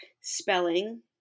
spelling